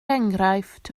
enghraifft